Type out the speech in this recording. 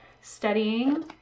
studying